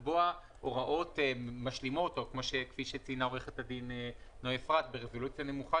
הניסוח המקובל הוא "הפרה של תנאי מתנאי הרישיון"